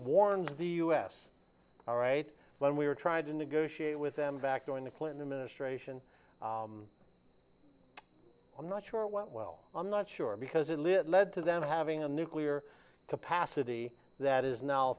warns the us all right when we were trying to negotiate with them back during the clinton administration on not sure went well i'm not sure because it lit led to them having a nuclear capacity that is now